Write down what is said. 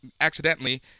accidentally